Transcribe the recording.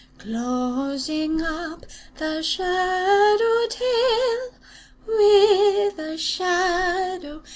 closing up the shadow-tale with a shadow-shadow-wail.